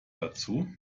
dazu